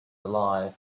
alive